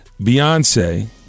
Beyonce